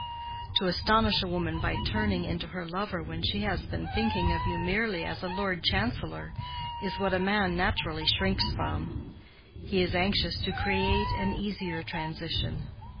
to astonish a woman by turning into her lover when she has been thinking of you merely as a lord chancellor is what a man naturally shrinks from he is anxious to create an easier transition.